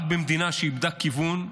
רק במדינה שאיבדה כיוון,